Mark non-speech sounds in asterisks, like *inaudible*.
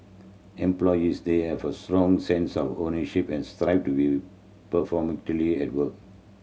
employees there have a strong sense of ownership and strive to be *unintelligible* at work